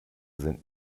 sind